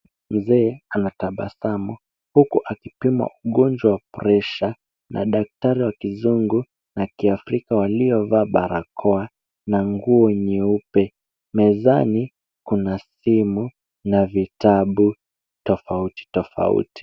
Mzee anatabasamu, huku akipimwa ugonjwa wa presha , na daktari wa kizungu na kiafrika waliovaa barakoa na nguo nyeupe. Mezani kuna simu na vitabu tofauti tofauti.